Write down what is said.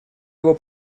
его